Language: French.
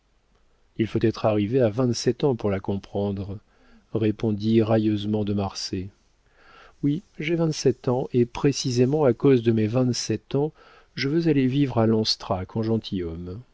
il faut être arrivé à vingt-sept ans pour la comprendre répondit railleusement de marsay oui j'ai vingt-sept ans et précisément à cause de mes vingt-sept ans je veux aller vivre à lanstrac